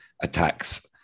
attacks